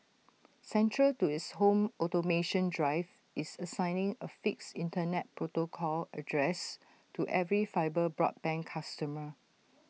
central to its home automation drive is assigning A fixed Internet protocol address to every fibre broadband customer